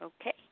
Okay